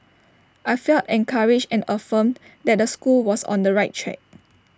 I felt encouraged and affirmed that the school was on the right track